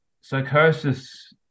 psychosis